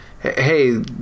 hey